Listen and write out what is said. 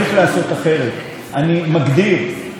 אני מגדיר: נפילות מגובה,